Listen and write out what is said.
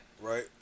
Right